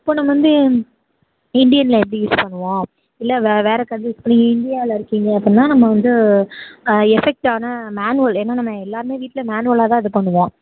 இப்போது நம்ம வந்து இண்டியனில் எப்படி யூஸ் பண்ணுவோம் இல்லை வே வேறு கன்ட்ரி இப்போ நீங்கள் இந்தியாவில் இருக்கீங்க அப்பன்னா நம்ம வந்து எஃபெக்ட் ஆனால் மேன்வல் ஏன்னால் நம்ம எல்லாமே வீட்டில் மேனுவலாக தான் இது பண்ணுவோம்